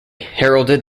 heralded